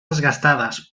desgastades